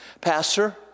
Pastor